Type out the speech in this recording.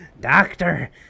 doctor